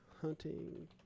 Hunting